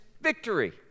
victory